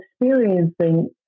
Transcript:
experiencing